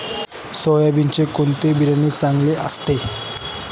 सोयाबीनचे कोणते बियाणे चांगले असते?